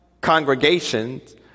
congregations